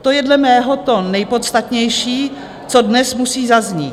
To je dle mého to nejpodstatnější, co dnes musí zaznít.